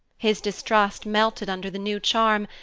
his distrust melted under the new charm,